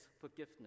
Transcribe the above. forgiveness